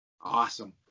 Awesome